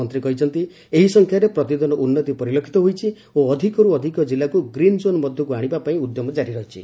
ମନ୍ତ୍ରୀ କହିଛନ୍ତି ଏହି ସଂଖ୍ୟାରେ ପ୍ରତିଦିନ ଉନ୍ନତି ପରିଲକ୍ଷିତ ହୋଇଛି ଓ ଅଧିକରୁ ଅଧିକ ଜିଲ୍ଲାକୁ ଗ୍ରୀନ୍ କୋନ୍ ମଧ୍ୟକୁ ଆଶିବା ପାଇଁ ଉଦ୍ୟମ ଜାରି ରହିଛି